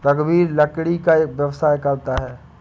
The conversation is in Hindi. रघुवीर लकड़ी का व्यवसाय करता है